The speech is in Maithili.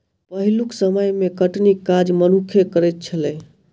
पहिलुक समय मे कटनीक काज मनुक्खे करैत छलै